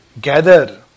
gather